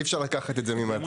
אי אפשר לקחת את זה ממטי.